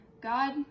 God